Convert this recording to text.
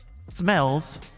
Smells